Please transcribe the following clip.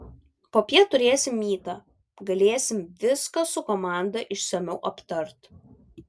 popiet turėsim mytą galėsim viską su komanda išsamiau aptart